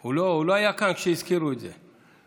הוא לא היה כאן כשהזכירו את זה.